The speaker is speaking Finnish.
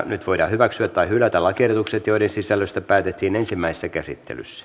nyt voidaan hyväksyä tai hylätä lakiehdotukset joiden sisällöstä päätettiin ensimmäisessä käsittelyssä